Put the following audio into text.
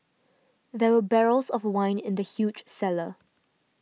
there were barrels of wine in the huge cellar